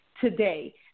today